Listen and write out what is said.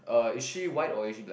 uh is she white or is she black